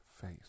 face